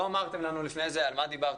לא אמרתם לנו לפני זה על מה דיברתם,